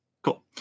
cool